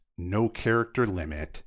nocharacterlimit